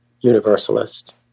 universalist